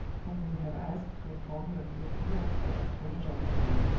whom you have asked to inform you of the appearance of a stranger in the town.